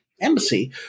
embassy